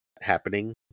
happening